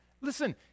listen